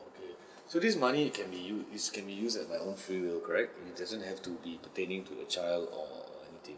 okay so this money can be can be used at my own free will correct it doesn't have to be pertaining to the child or anything